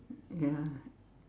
ya